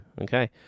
Okay